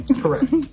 Correct